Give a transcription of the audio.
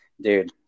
Dude